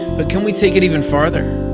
but can we take it even farther?